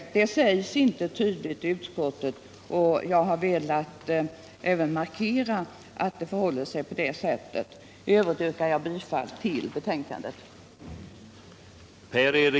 Detta sägs inte tydligt i utskottets betänkande, och jag har därför velat markera att det förhåller sig på det sättet. I övrigt yrkar jag bifall till utskottets hemställan.